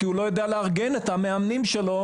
כי הוא לא יודע לארגן את המאמנים שלו,